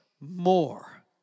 more